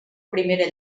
primera